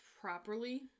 properly